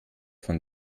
von